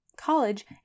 college